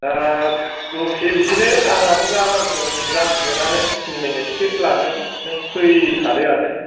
दा दसे बिदिनो आंनाबो जागोन जासिगोनानो थिन मिनिटसो लागोन नों फैखादोआनो